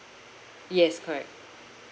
yes correct